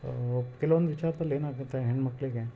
ಕೆಲವೊಂದು ವಿಚಾರದಲ್ಲಿ ಏನಾಗುತ್ತೆ ಹೆಣ್ಣು ಮಕ್ಕಳಿಗೆ